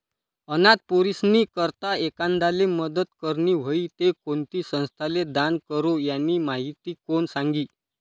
अनाथ पोरीस्नी करता एखांदाले मदत करनी व्हयी ते कोणती संस्थाले दान करो, यानी माहिती कोण सांगी